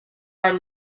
are